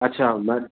अछा न